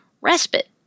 respite